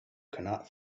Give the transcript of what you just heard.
cannot